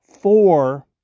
four